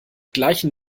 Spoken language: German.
gleichen